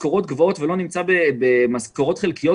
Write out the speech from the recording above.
טוב למי שיש לו משכורות גבוהות ולא נמצא במשכורות חלקיות.